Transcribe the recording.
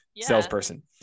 salesperson